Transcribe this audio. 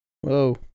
Whoa